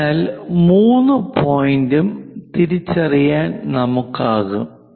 അതിനാൽ 3 പോയിന്റ് ഉം തിരിച്ചറിയാൻ നമുക്കാകും